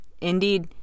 Indeed